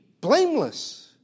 blameless